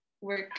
work